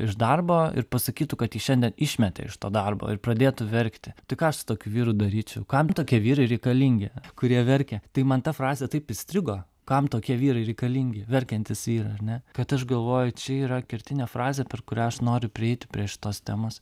iš darbo ir pasakytų kad jį šiandien išmetė iš to darbo ir pradėtų verkti tik aš tokiu vyru daryčiau kam tokie vyrai reikalingi kurie verkia tai man tą frazė taip įstrigo kam tokie vyrai reikalingi verkiantys vyrai ar ne kad aš galvoju čia yra kertinė frazė per kurią aš noriu prieiti prie šitos temos